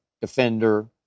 defender